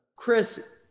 Chris